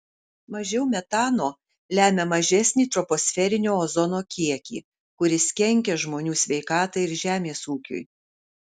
mažiau metano lemia mažesnį troposferinio ozono kiekį kuris kenkia žmonių sveikatai ir žemės ūkiui